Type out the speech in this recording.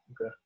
Okay